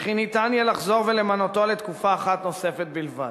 וכי יהיה אפשר לחזור ולמנותו לתקופה אחת נוספת בלבד.